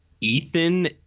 Ethan